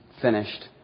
finished